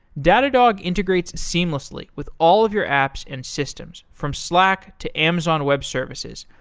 datadog integrates seamlessly with all of your apps and systems from slack, to amazon web services,